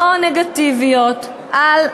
לא נגטיביות, על מעבידים,